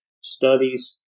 studies